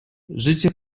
zycie